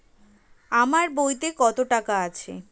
আমার বইতে কত টাকা আছে?